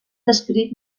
descrit